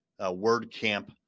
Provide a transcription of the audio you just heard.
WordCamp